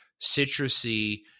citrusy